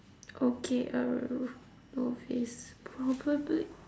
okay err novice probably